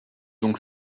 donc